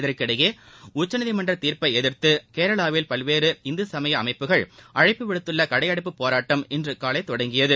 இதற்கிடையே உச்சநீதிமன்ற தீர்ப்பை எதிர்த்து கேரளாவில் பல்வேறு இந்து சுமய அமைப்புகள் அழைப்பு விடுத்துள்ள கடையடைப்பு போராட்டம் இன்று காலை தொடங்கியது